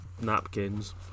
napkins